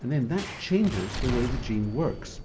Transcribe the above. and then that changes the way the gene works.